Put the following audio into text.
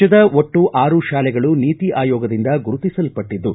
ರಾಜ್ಞದ ಒಟ್ಟು ಆರು ಶಾಲೆಗಳು ನೀತಿ ಆಯೋಗದಿಂದ ಗುರುತಿಸಲ್ಪಟ್ಟದ್ದು